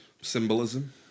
Symbolism